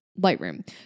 Lightroom